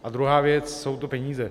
A druhá věc jsou peníze.